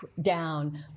down